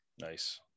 nice